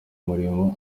muriro